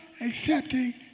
accepting